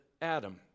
Adam